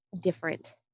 different